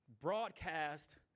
broadcast